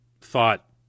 thought